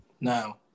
Now